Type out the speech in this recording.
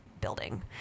building